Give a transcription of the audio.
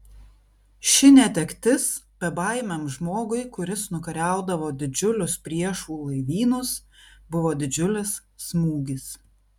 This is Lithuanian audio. ši netektis bebaimiam žmogui kuris nukariaudavo didžiulius priešų laivynus buvo didžiulis smūgis